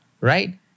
right